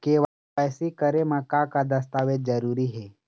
KYC करे म का का दस्तावेज जरूरी हे?